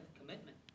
commitment